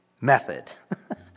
method